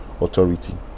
authority